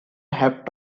have